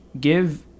give